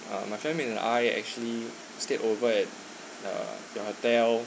uh my family and I actually stayed over at the the hotel